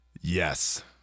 Yes